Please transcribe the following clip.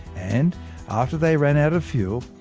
and after they ran out of fuel,